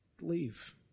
leave